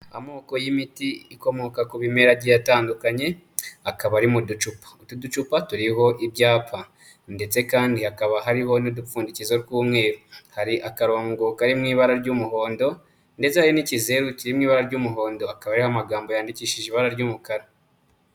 Amoko y'imiti ikomoka ku bimera agiye atandukanye, akaba ari mu ducupa. Utu ducupa turiho ibyapa ndetse kandi hakaba hariho n'udupfundikizo tw'umweru. Hari akarongo kari mu ibara ry'umuhondo ndetse hari b'ikizeu kiri mu ibara ry'umuhondo. Haba ari ya amagambo yandikishije ibara ry'umukara.